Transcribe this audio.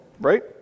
right